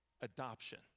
Adoption